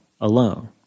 alone